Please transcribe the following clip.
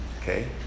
Okay